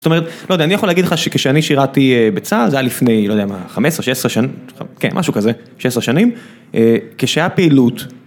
זאת אומרת, לא יודע, אני יכול להגיד לך שכשאני שירתי בצה"ל, זה היה לפני, לא יודע מה, 15-16 שנים, כן, משהו כזה, 16 שנים, כשהיה פעילות...